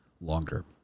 longer